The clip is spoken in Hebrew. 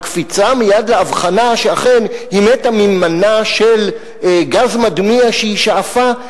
הקפיצה מייד לאבחנה שאכן היא מתה ממנה של גז מדמיע שהיא שאפה,